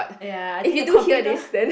ya I think the computer